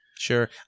Sure